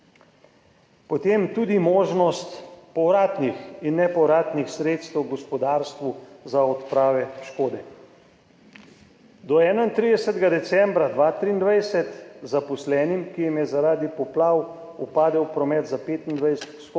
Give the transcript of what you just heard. Potem tudi možnost povratnih in nepovratnih sredstev gospodarstvu za odpravo škode. Do 31. decembra 2023 zaposlenim, ki jim je zaradi poplav upadel promet za 25 %,